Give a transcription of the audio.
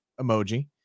emoji